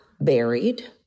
buried